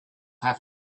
have